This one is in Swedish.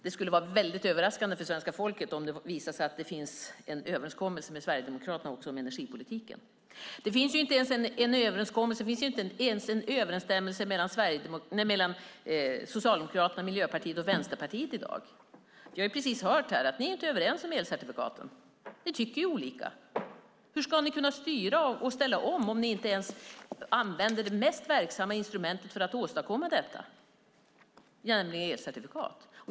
Det skulle vara överraskande för svenska folket om det visade sig att det fanns en överenskommelse med Sverigedemokraterna om energipolitiken. Det finns inte ens en överensstämmelse mellan Socialdemokraterna, Miljöpartiet och Vänsterpartiet i dag. Vi har precis hört att ni inte är överens om elcertifikaten. Ni tycker ju olika. Hur ska ni kunna styra och ställa om, om ni inte ens använder det mest verksamma instrumentet för att åstadkomma detta, nämligen elcertifikat?